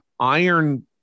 Iron